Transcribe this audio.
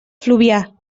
fluvià